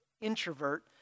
introvert